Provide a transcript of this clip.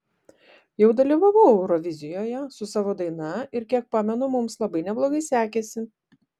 jau dalyvavau eurovizijoje su savo daina ir kiek pamenu mums labai neblogai sekėsi